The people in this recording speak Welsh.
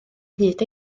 hyd